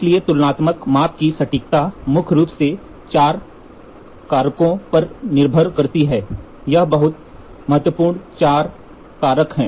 इसलिए तुलनात्मक माप की सटीकता मुख्य रूप से 4 कारकों पर निर्भर करती है ये बहुत महत्वपूर्ण 4 कारक हैं